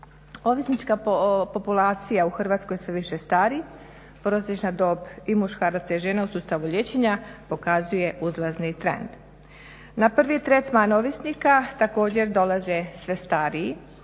Ovisnička populacija u Hrvatskoj sve više stari, prosječna dob i muškaraca i žena u sustavu liječenja pokazuje uzlazni trend. Na prvi tretman ovisnika također dolaze sve stariji